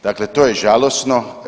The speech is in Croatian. Dakle, to je žalosno.